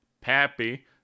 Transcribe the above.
Pappy